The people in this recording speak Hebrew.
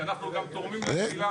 גם אנשים שמייצגים דברים יותר